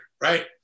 Right